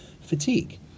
fatigue